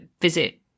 visit